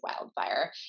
wildfire